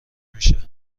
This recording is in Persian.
میشه